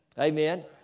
Amen